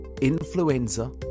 influenza